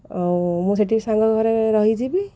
ଆଉ ମୁଁ ସେଇଠି ସାଙ୍ଗ ଘରେ ରହିଯିବି